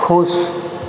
खुश